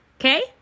okay